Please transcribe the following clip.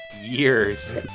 years